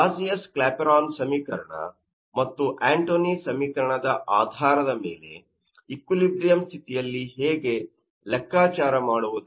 Clausius Clapeyron ಸಮೀಕರಣ ಮತ್ತು Antoine ಸಮೀಕರಣದ ಆಧಾರದ ಮೇಲೆ ಈಕ್ವಿಲಿಬ್ರಿಯಮ್ ಸ್ಥಿತಿಯಲ್ಲಿ ಹೇಗೆ ಲೆಕ್ಕಾಚಾರ ಮಾಡುವುದು